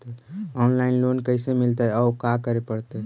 Online loan कैसे मिलतै औ का करे पड़तै?